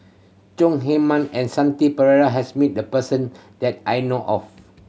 Chong Heman and Shanti Pereira has meet the person that I know of